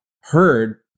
heard